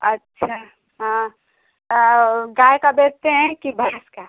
अच्छा हाँ गाय का बेचते हैं कि भैंस का